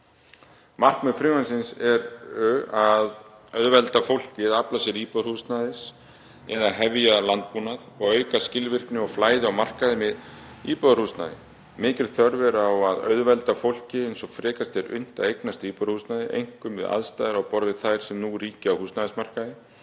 Markmið frumvarpsins eru að auðvelda fólki að afla sér íbúðarhúsnæðis eða hefja landbúnað og auka skilvirkni og flæði á markaði með íbúðarhúsnæði. Mikil þörf er á að auðvelda fólki eins og frekast er unnt að eignast íbúðarhúsnæði, einkum við aðstæður á borð við þær sem nú ríkja á húsnæðismarkaði.